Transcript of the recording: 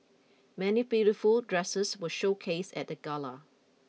many beautiful dresses were showcased at the gala